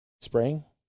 spraying